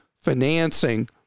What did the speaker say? financing